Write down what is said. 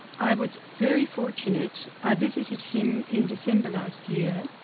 i was very fortunate. i visited him in december last year,